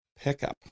pickup